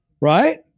Right